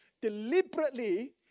deliberately